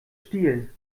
stiel